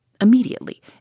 immediately